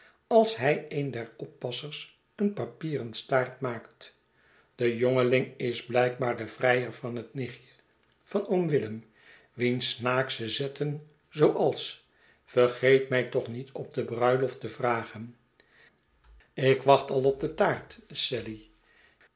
als hij een der oppassers een papieren staart maakt de jongeling is blijkbaar de vrijer van het nichtje van oom willem wiens snaaksche zetten zooals vergeet my toch niet op de bruiloft te vragen ik wacht al op de taart sally